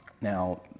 Now